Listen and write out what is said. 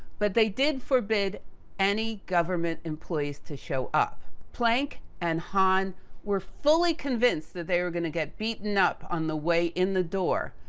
but, they did forbid any government employees to show up. planck and hahn were fully convinced that they were gonna get beaten up on the way in the door.